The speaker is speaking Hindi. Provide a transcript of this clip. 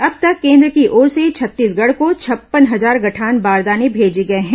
अब तक केन्द्र की ओर से छत्तीसगढ़ को छप्पन हजार गठान बारदाने भेजे गए हैं